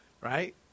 right